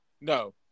No